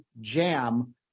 jam